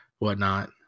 whatnot